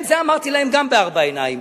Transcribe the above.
את זה אמרתי להם גם בארבע עיניים,